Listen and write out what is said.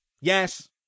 yes